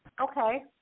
Okay